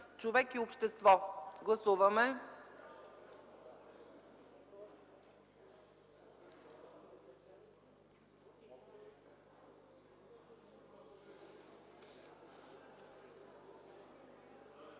„човек и общество”. Гласуваме.